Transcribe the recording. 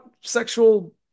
sexual